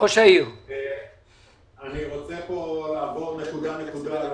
אני רוצה לעבור נקודה נקודה.